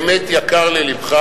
באמת יקר ללבך.